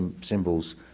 symbols